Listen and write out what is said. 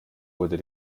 oder